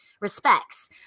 respects